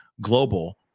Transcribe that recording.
global